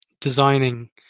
designing